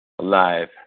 Alive